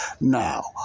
Now